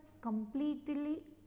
completely